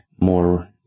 more